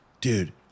dude